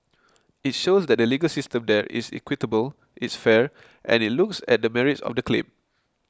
it shows that the legal system there is equitable it's fair and it looks at the merits of the claim